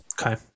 Okay